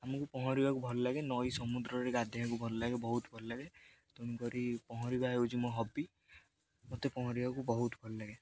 ଆମକୁ ପହଁରିବାକୁ ଭଲଲାଗେ ନଈ ସମୁଦ୍ରରେ ଗାଧେଇବାକୁ ଭଲଲାଗେ ବହୁତ ଭଲଲାଗେ ତେଣୁକରି ପହଁରିବା ହେଉଛି ମୋ ହବି ମୋତେ ପହଁରିବାକୁ ବହୁତ ଭଲଲାଗେ